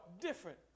different